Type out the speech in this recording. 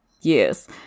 Yes